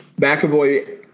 McAvoy